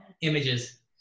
images